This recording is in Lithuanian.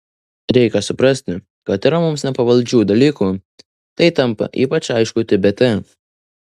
reikia suprasti kad yra mums nepavaldžių dalykų tai tampa ypač aišku tibete